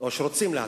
או שרוצים להטיל.